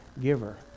giver